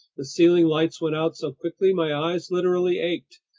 the ceiling lights went out so quickly, my eyes literally ached,